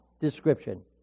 description